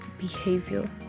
behavior